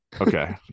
Okay